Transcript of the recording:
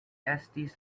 estis